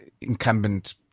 incumbent